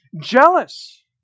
jealous